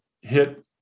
hit